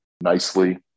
nicely